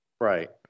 Right